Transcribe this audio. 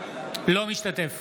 אינו משתתף